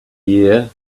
year